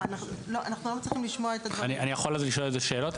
אני יכול לשאול כמה שאלות?